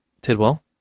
Tidwell